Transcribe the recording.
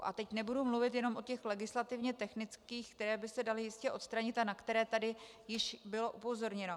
A teď nebudu mluvit jen o těch legislativně technických, které by se daly jistě odstranit a na které tady již bylo upozorněno.